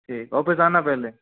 ठीक ऑफ़िस आना पहले